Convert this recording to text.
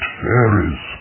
fairies